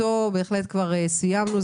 אותו בהחלט כבר סיימנו.